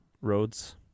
roads